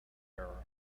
error